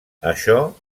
això